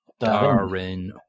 Darren